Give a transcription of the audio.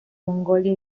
mongolia